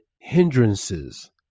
hindrances